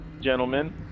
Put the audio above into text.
gentlemen